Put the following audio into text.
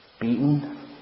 beaten